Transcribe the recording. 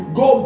go